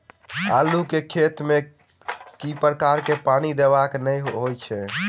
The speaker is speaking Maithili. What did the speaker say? आलु केँ खेत मे केँ प्रकार सँ पानि देबाक नीक होइ छै?